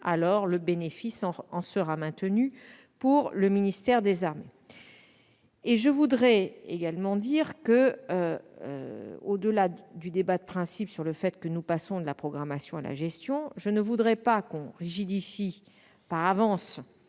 le bénéfice en sera maintenu au ministère des armées. Je veux également dire que, au-delà du débat de principe sur le fait que nous passons de la programmation à la gestion, il ne faudrait pas rigidifier par avance